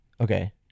Okay